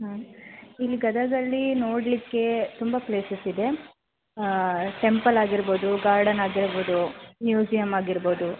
ಹ್ಞೂ ಇಲ್ಲಿ ಗದಗಲ್ಲಿ ನೋಡಲಿಕ್ಕೆ ತುಂಬ ಪ್ಲೇಸಸ್ ಇದೆ ಟೆಂಪಲ್ ಆಗಿರ್ಬೌದು ಗಾರ್ಡನ್ ಆಗಿರ್ಬೌದು ಮ್ಯೂಸಿಯಮ್ ಆಗಿರ್ಬೌದು